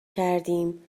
کردیم